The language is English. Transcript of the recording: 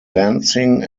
lansing